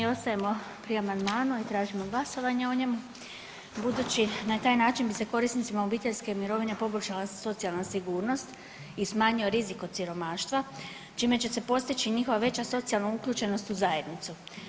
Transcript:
Mi ostajemo pri amandmanu i tražimo glasovanje o njemu, budući na taj način bi se korisnicima obiteljske mirovine poboljšala socijalna sigurnost i smanjio rizik od siromaštva čime će se postići njihova veća socijalna uključenost u zajednicu.